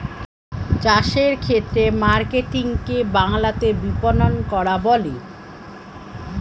চাষের ক্ষেত্রে মার্কেটিং কে বাংলাতে বিপণন করা বলে